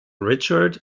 richard